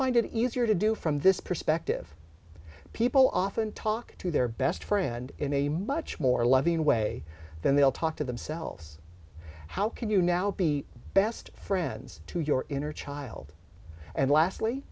it easier to do from this perspective people often talk to their best friend in a much more loving way than they'll talk to themselves how can you now be best friends to your inner child and l